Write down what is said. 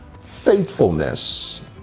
faithfulness